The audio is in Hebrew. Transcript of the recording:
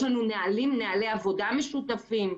יש לנו נהלים, נהלי עבודה משותפים.